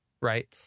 right